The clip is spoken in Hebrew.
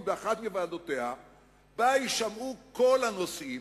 באחת מוועדותיה ובה יישמעו כל הנושאים,